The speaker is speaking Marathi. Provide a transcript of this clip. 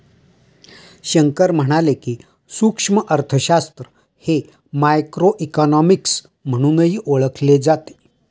शंकर म्हणाले की, सूक्ष्म अर्थशास्त्र हे मायक्रोइकॉनॉमिक्स म्हणूनही ओळखले जाते